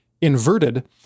inverted